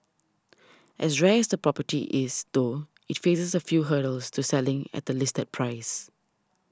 as rare as the property is though it faces a few hurdles to selling at the listed price